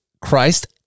Christ